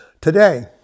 Today